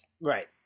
Right